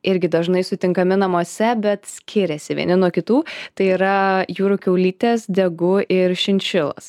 irgi dažnai sutinkami namuose bet skiriasi vieni nuo kitų tai yra jūrų kiaulytės degu ir šinšilos